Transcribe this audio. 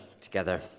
together